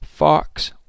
fox